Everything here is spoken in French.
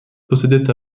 possédait